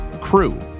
Crew